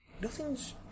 nothing's